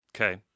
Okay